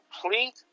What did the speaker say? complete